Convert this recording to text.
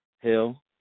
Hill